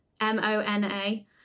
M-O-N-A